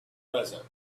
present